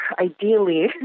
ideally